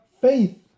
faith